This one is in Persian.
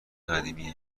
قدیمه